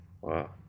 wow